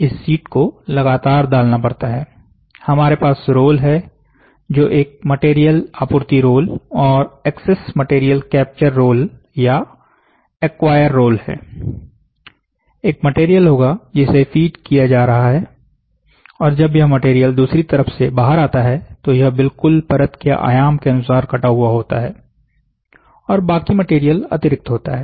इस शीट को लगातार डालना पड़ता है हमारे पास रोल है जो एक मटेरियल आपूर्ति रोल और एक्सेस मटेरियल कैप्चर रोल या एक्वायर रोल है एक मटेरियल होगा जिसे फिड किया जा रहा है और जब यह मटेरियल दूसरी तरफ से बाहर आता है तो यह बिल्कुल परत के आयाम के अनुसार कटा हुआ होता है और बाकी मटेरियल अतिरिक्त होता है